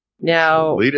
Now